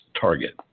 target